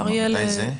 אפשר יהיה לדון בזה.